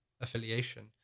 affiliation